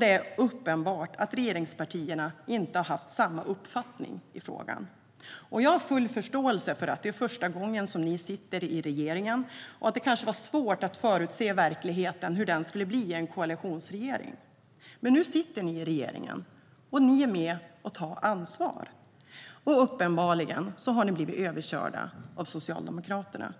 Det är uppenbart att regeringspartierna inte har haft samma uppfattning i frågan. Jag har full förståelse för att det är första gången som Miljöpartiet sitter i regeringen och att det kanske var svårt att förutse hur verkligheten skulle bli i en koalitionsregering. Men nu sitter ni i regeringen, och ni är med och tar ansvar. Uppenbarligen har ni blivit överkörda av Socialdemokraterna.